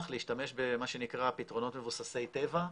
להשתמש במה שנקרא פתרונות מבוססי טבע,